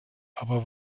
aber